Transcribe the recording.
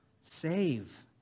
save